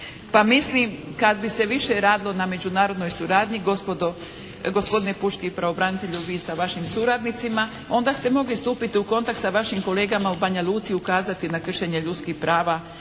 Pa mislim kad bi se više radilo na međunarodnoj suradnji gospodo, gospodine pučki pravobranitelju, vi sa vašim suradnicima onda ste mogli stupiti u kontakt sa vašim kolegama u Banja Luci i ukazati na kršenje ljudskih prava